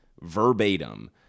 verbatim